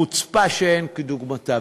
חוצפה שאין כדוגמתה,